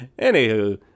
anywho